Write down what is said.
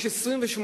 יש 28